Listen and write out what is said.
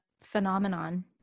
phenomenon